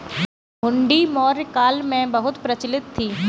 हुंडी मौर्य काल में बहुत प्रचलित थी